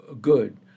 good